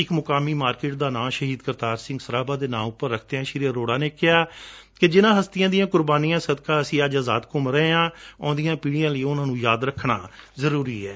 ਇਕ ਮੁਕਾਮੀ ਮਾਰਕੀਟ ਦਾ ਨਾਉਂ ਸ਼ਹੀਦ ਕਰਤਾਰ ਸਿੰਘ ਸਰਾਭਾ ਦੇ ਨਾਉਂ ਤੇ ਰੱਖਦਿਆਂ ਸ੍ਰੀ ਅਰੋੜਾ ਨੇ ਕਿਹਾ ਕਿ ਜਿਨਾਂ ਹਸਤੀਆਂ ਦੀਆਂ ਕੁਰਬਾਨੀਆਂ ਸਦਕਾ ਅਸੀਂ ਅੱਜ ਆਜ਼ਾਦ ਘੁੰਮ ਰਹੇ ਹਾਂ ਆਉਂਦੀਆਂ ਪੀੜੀਆਂ ਲਈ ਉਨੂਾਂ ਨੂੰ ਯਾਦ ਰਖਣਾ ਜ਼ਰੁਰੀ ਏ